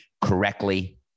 correctly